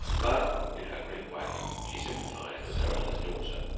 but in her grim way she sympathized with her eldest daughter,